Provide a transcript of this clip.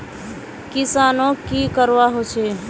किसानोक की करवा होचे?